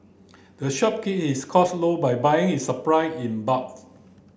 the shop keep its cost low by buying its supply in bulk